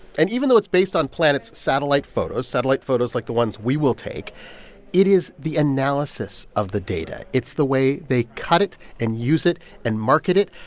and even though it's based on planet's satellite photos satellite photos like the ones we will take it is the analysis of the data. it's the way they cut it and use it and market it.